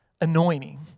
anointing